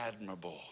admirable